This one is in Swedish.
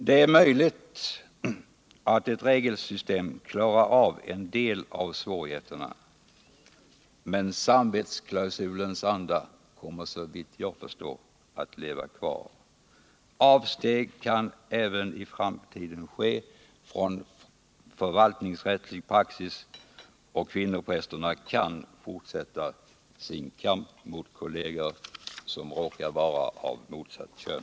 Det är möjligt att ev regelsystem klarar av en del av svårigheterna. men samvetsklausulens anda kommer, såvitt jag förstår, att leva kvar. Avsteg kan även i framtiden ske från förvaltningsrättslig praxis, och kvinnoprästmotståndarna kan fortsätta sin kamp mot kolleger som råkar vara av motsatt kön.